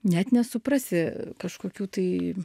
net nesuprasi kažkokių tai